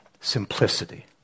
Simplicity